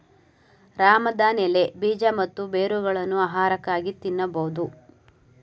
ರಾಮದಾನ್ ಎಲೆ, ಬೀಜ ಮತ್ತು ಬೇರುಗಳನ್ನು ಆಹಾರವಾಗಿ ತಿನ್ನಬೋದು